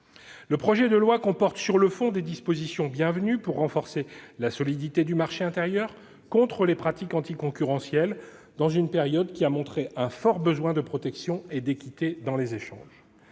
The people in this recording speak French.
Le projet de loi comporte, sur le fond, des dispositions bienvenues pour renforcer la solidité du marché intérieur contre les pratiques anticoncurrentielles, dans une période qui a montré un fort besoin de protection et d'équité dans les échanges.